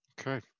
Okay